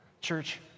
Church